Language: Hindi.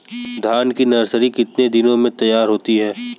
धान की नर्सरी कितने दिनों में तैयार होती है?